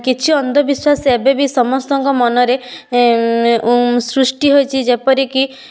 କିଛି ଅନ୍ଧବିଶ୍ୱାସ ଏବେ ସମସ୍ତଙ୍କ ମନରେ ସୃଷ୍ଟି ହେଇଛି ଯେପରିକି